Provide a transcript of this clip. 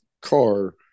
car